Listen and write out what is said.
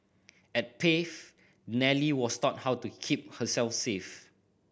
at Pave Nellie was taught how to keep herself safe